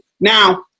Now